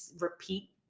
repeat